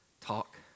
talk